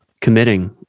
committing